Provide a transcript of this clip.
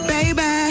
Baby